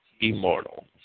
immortal